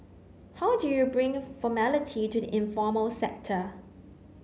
how do you bring formality to the informal sector